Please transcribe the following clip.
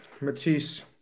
Matisse